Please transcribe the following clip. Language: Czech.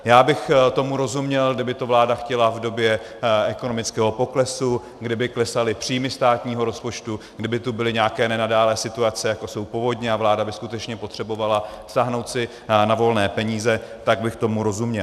Já bych tomu rozuměl, kdyby to vláda chtěla v době ekonomického poklesu, kdyby klesaly příjmy státního rozpočtu, kdyby tu byly nějaké nenadálé situace, jako jsou povodně, a vláda by si skutečně potřebovala sáhnout na volné peníze, tak bych tomu rozuměl.